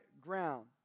ground